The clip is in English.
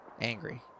Angry